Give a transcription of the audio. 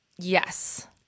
Yes